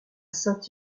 saint